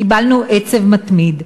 קיבלנו עצב מתמיד.